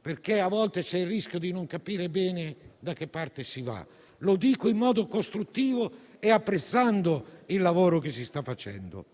A volte, infatti, c'è il rischio di non capire bene da che parte si va. Lo dico in modo costruttivo e apprezzando il lavoro che si sta facendo.